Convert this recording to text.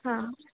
हा